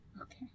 Okay